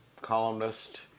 columnist